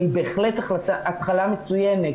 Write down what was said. אבל היא בהחלט החלטה מצוינת,